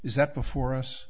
is that before us